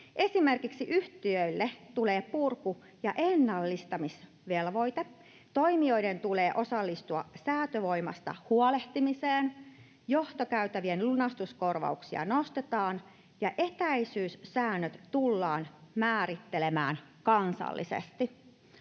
Esimerkiksi yhtiöille tulee purku- ja ennallistamisvelvoite, toimijoiden tulee osallistua säätövoimasta huolehtimiseen, johtokäytävien lunastuskorvauksia nostetaan ja etäisyyssäännöt tullaan määrittelemään kansallisesti.